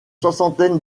soixantaine